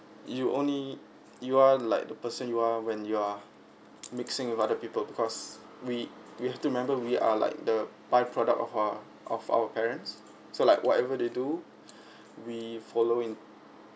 you only you are like the person you are when you are mixing with other people because we we have to remember we are like the byproduct of our of our parents so like whatever they do we follow in